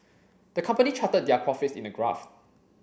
the company charted their profits in a graph